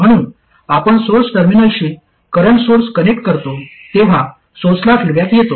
म्हणून आपण सोर्स टर्मिनलशी करंट सोर्स कनेक्ट करतो तेव्हा सोर्सला फीडबॅक येतो